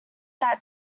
that